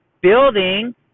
building